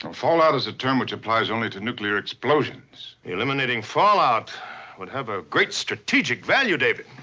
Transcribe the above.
fallout is a term which applies only to nuclear explosions. eliminating fallout would have a great strategic value, david.